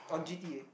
on G T A